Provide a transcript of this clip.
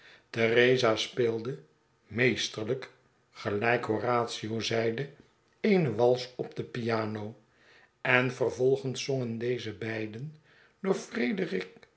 theresa speelde meesterlijk gelijk horatio zeide eene wals op de piano en vervolgens zongen deze beiden door